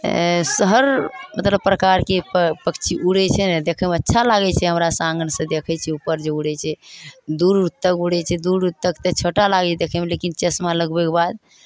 से हर मतलब प्रकारके प पक्षी उड़ै छै ने देखयमे अच्छा लागै छै हमरा सभ आङ्गनसँ देखै छियै ऊपर जे उड़ै छै दूर तक उड़ै छै दूर तक तऽ छोटा लागै छै देखयमे लेकिन चश्मा लगबयके बाद